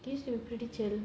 he's still pretty chill